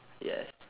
yes